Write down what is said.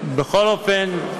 בכל אופן,